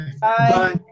Bye